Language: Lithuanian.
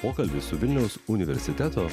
pokalbis su vilniaus universiteto